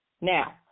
Now